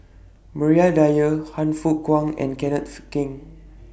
Maria Dyer Han Fook Kwang and Kenneth Keng